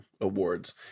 awards